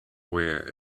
where